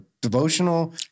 devotional